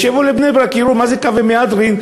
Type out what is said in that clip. שיבואו לבני-ברק ויראו מה זה קווי מהדרין,